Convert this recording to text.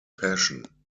passion